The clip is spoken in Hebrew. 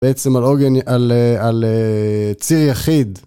בעצם על אוגן, על ציר יחיד.